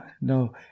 no